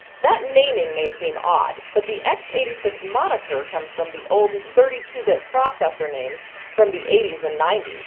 that naming may seem odd, but the x eight six moniker comes from the old thirty two bit processor names from the eighty s and ninety s.